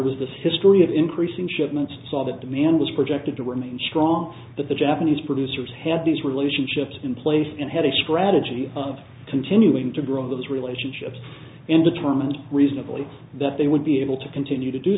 was this history of increasing shipments saw that demand was projected to remain strong that the japanese producers had these relationships in place and had a strategy of continuing to grow those relationships and determined reasonably that they would be able to continue to do